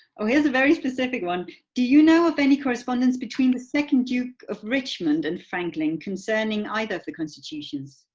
oh here's a very specific one. do you know of any correspondence between the second duke of richmond and franklin concerning either of the constitutions?